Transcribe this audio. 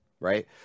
right